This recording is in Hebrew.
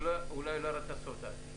אולי לא ירדת לסוף דעתי.